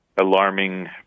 alarming